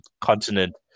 continent